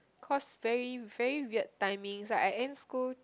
cause very very weird timing like I end school